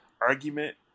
argument